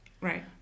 Right